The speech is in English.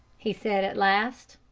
he said at last.